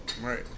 Right